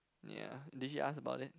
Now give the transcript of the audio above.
ya did he ask about it